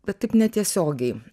bet tik netiesiogiai